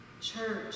church